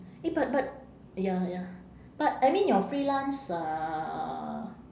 eh but but ya ya but I mean your freelance uh